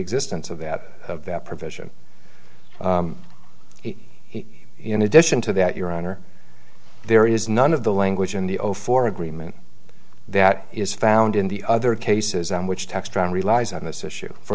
existence of that of that provision he in addition to that your honor there is none of the language in the old four agreement that is found in the other cases on which textron relies on this issue for